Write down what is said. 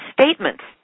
statements